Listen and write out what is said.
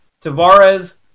Tavares